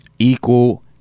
equal